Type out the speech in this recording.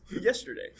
yesterday